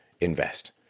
invest